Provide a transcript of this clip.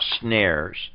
snares